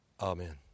Amen